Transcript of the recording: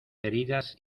heridas